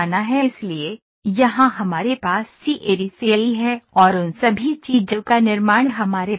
इसलिए यहां हमारे पास सीएडी सीएई है और उन सभी चीजों का निर्माण हमारे पास है